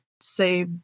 say